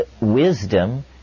wisdom